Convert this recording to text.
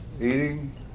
eating